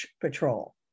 Patrol